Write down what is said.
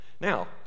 now